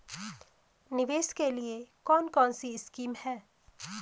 निवेश के लिए कौन कौनसी स्कीम हैं?